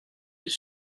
his